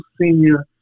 senior